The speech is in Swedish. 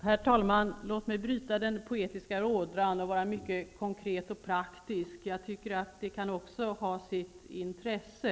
Herr talman! Låt mig bryta den poetiska ådran och vara mycket konkret och praktisk. Det kan också ha sitt intresse.